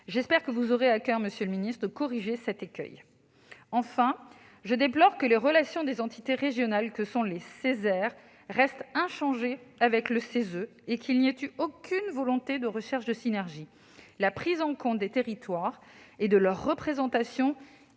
J'espère que vous aurez à coeur, monsieur le ministre, de corriger cet écueil. Enfin, je déplore que les relations des entités régionales que sont les Ceser avec le CESE restent inchangées et qu'il n'y ait eu aucune recherche de synergie. La prise en compte des territoires et de leur représentation